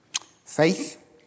Faith